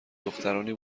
دخترانی